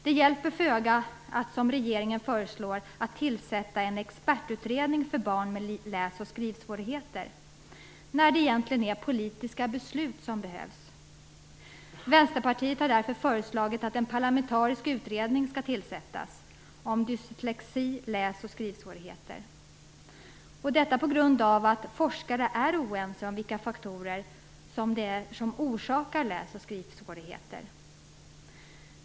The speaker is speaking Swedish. Det hjälper föga att, som regeringen föreslår, tillsätta en expertutredning för barn med läs och skrivsvårigheter, när det egentligen är politiska beslut som behövs. Vänsterpartiet har därför föreslagit att det skall tillsättas en parlamentarisk utredning om dyslexi och läs och skrivsvårigheter. Forskare är oense om vilka faktorer som orsakar läs och skrivsvårigheter.